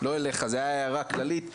לא אליך, זה היה הערה כללית.